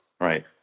right